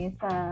sa